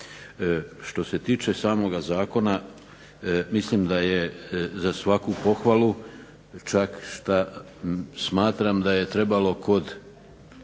Što se tiče samoga zakona, mislim da je za svaku pohvalu, čak šta smatram da je trebalo kod